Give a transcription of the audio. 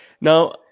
Now